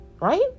right